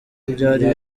byari